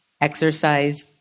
exercise